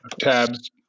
tabs